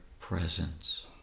presence